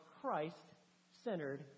Christ-centered